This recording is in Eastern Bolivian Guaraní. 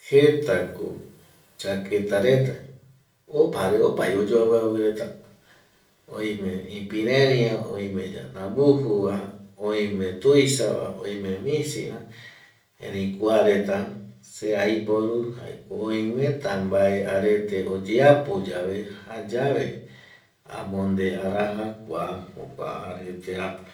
Jetako chaqueta reta jare opavi oyoaviavireta, oime ipireriva, oime ñanambujuva, oime tuisaba, oime misiva. Erei kuareta se aiporu jae ko oimeta mbae arete oyeapoyabe jayave amonde araja kua jokua areteape